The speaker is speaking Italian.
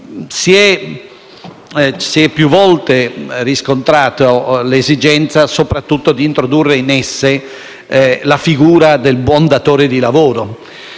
Si è più volte riscontrata l'esigenza di introdurre in esse la figura del buon datore di lavoro;